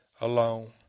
alone